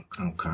Okay